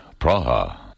Praha